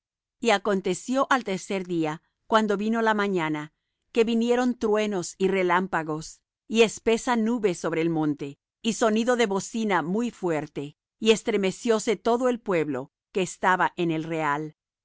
y aconteció al tercer día cuando vino la mañana que vinieron truenos y relámpagos y espesa nube sobre el monte y sonido de bocina muy fuerte y estremecióse todo el pueblo que estaba en el real